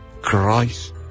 Christ